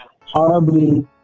horribly